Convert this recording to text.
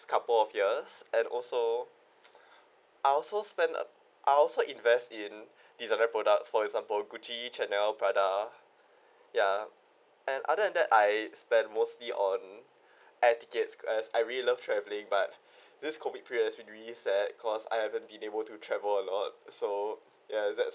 couple of years and also I also spent uh I also invest in designer product for example Gucci Chanel Prada ya and other than that I spend mostly on air tickets as I really love traveling but this COVID period has been really sad cause I haven't been able to travel a lot so ya that's